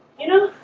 you know